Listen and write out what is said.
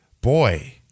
boy